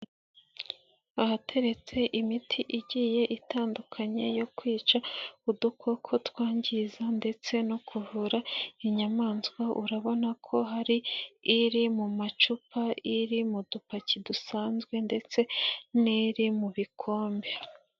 Ahateretse imiti igiye itandukanye yo kwica udukoko twangiza ndetse no kuvura inyamaswa urabona ko hari iri mu macupa, iri mu dupaki dusanzwe ndetse n'iri mu bikombe.